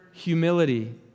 Humility